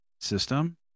system